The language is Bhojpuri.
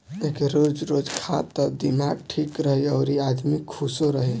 एके रोज रोज खा त दिमाग ठीक रही अउरी आदमी खुशो रही